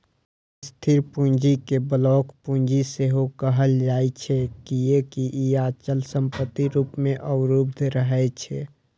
स्थिर पूंजी कें ब्लॉक पूंजी सेहो कहल जाइ छै, कियैकि ई अचल संपत्ति रूप मे अवरुद्ध रहै छै